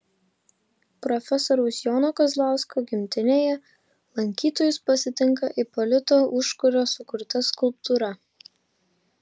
profesoriaus jono kazlausko gimtinėje lankytojus pasitinka ipolito užkurio sukurta skulptūra